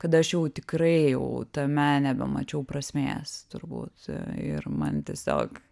kada aš jau tikrai jau tame nebemačiau prasmės turbūt ir man tiesiog